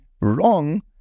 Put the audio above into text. wrong